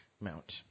mount